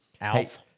Alf